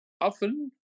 often